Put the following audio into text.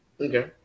Okay